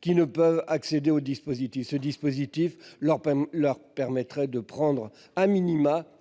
qui ne peuvent accéder au dispositif. Le mécanisme proposé leur permettrait de prendre une